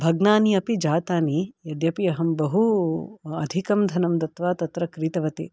भग्नानि अपि जातानि यद्यपि अहं बहु अधिकं धनं दत्वा तत्र क्रीतवति